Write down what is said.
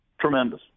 Tremendous